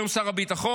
היום שר הביטחון,